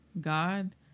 God